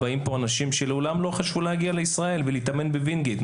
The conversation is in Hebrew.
באים פה אנשים שלעולם לא חשוב להגיע לישראל ולהתאמן בווינגייט,